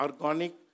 organic